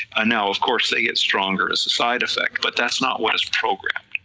and of course they get stronger as a side-effect, but that's not what is programmed.